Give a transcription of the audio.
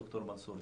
ד"ר מנסור,